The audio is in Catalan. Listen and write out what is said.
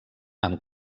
amb